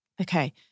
Okay